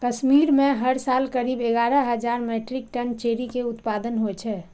कश्मीर मे हर साल करीब एगारह हजार मीट्रिक टन चेरी के उत्पादन होइ छै